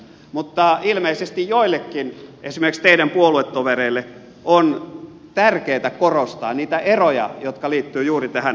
mutta ilmeisesti joillekin esimerkiksi teidän puoluetovereillenne on tärkeätä korostaa niitä eroja jotka liittyvät juuri tähän hallintomalliin